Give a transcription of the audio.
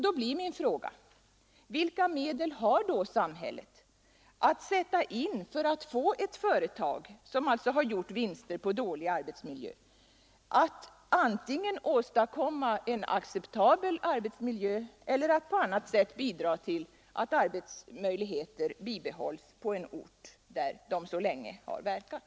Då blir min fråga: Vilka medel har samhället att sätta in för att få ett företag, som gjort vinster på dålig arbetsmiljö, att antingen åstadkomma en acceptabel arbetsmiljö eller på annat sätt bidra till att arbetsmöjligheterna bibehålls på en ort, där företaget länge har verkat?